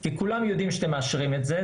כי כולם יודעים שאתם מאשרים את זה,